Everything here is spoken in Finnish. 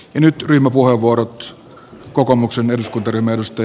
nyt meiltä kaikilta